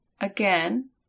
Again